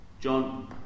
John